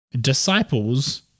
disciples